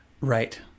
Right